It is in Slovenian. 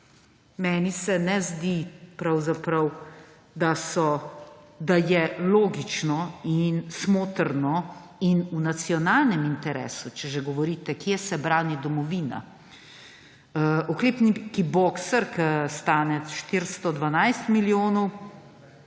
meni se ne zdi pravzaprav, da je logično in smotrno in v nacionalnem interesu, če že govorite, kje se brani domovina, oklepnik boxer, ki stane 412 milijonov,